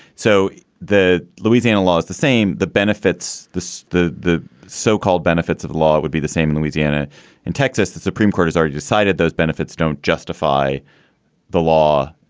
so the louisiana law is the same. the benefits this the the so-called benefits of the law would be the same. louisiana and texas. the supreme court has um decided those benefits don't justify the law.